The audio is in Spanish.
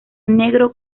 negro